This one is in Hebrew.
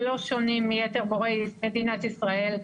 לא שונים מיתר מורי מדינת ישראל.